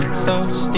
close